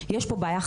יש פה בעיה חמורה.